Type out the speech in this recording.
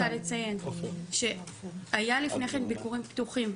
אני רוצה לציין שהיו לפני כן ביקורים פתוחים,